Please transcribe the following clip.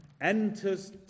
enters